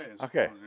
Okay